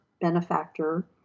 benefactor